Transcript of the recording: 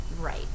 right